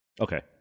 Okay